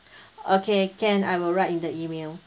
okay can I will write in the email